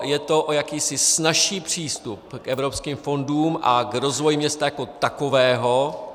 Jde o jakýsi snazší přístup k evropským fondům a k rozvoji města jako takového.